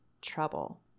trouble